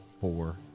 Four